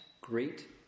great